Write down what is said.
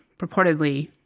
purportedly